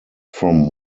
from